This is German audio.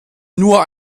nur